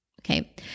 Okay